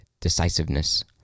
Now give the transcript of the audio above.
decisiveness